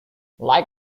like